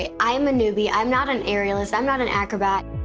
ah i'm a newbie, i'm not an aerialist, i'm not an acrobat.